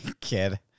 kid